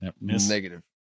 Negative